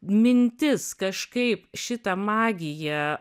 mintis kažkaip šitą magiją